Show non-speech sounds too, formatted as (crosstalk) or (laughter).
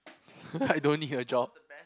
(laughs) I don't need your job